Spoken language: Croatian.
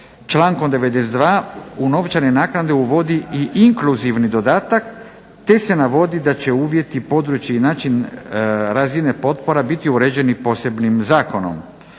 člankom 92. u novčane naknade uvodi i inkluzivni dodatak te se navodi da će uvjeti, područje i način razine potpora biti uređeni posebnim zakonom